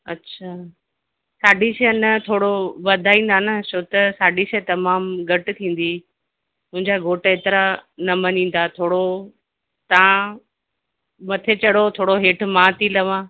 अच्छा साढी छह न थोरो वधाईंदा न छो त साढी छह तमामु घटि थींदी मुंहिंजा घोट एतिरा न मञींदा थोरो तां मथे चढ़ो थोरो हेठ मां थी लहां